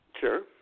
Sure